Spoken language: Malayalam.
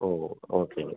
ഓ ഓക്കേയെങ്കില്